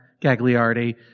Gagliardi